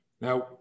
Now